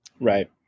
right